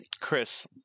Chris